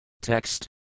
Text